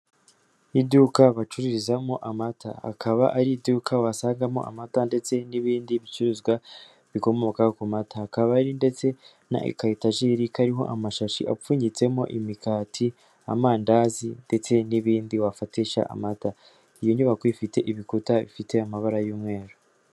Iduka bacururizamo amata akaba ari iduka wasangagamo amata ndetse n'ibindi bicuruzwa bikomoka ku mata. Hakaba ndetse na aka etageri kariho amashashi apfunyitsemo imikati, amandazi ndetse n'ibindi wafatisha amata. Iyo nyubako ifite ibikuta bifite amabara y'umweru.